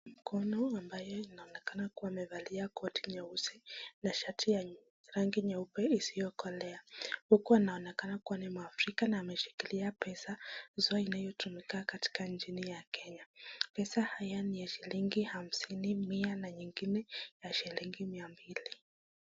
Mkono ambayo inaonekana kuwa amevalia koti nyeusi na shati ya rangi nyeupe isiyokolea ,huku anaonekana kuwa ni mwafrika na ameshikilia pesa hizo inayotumika katika njini ya Kenya. Pesa haya ni ya shilingi hamsini Mia na nyingine ya shilingi mia mbili.